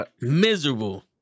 Miserable